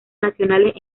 nacionales